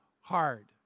hard